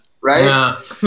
Right